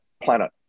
planet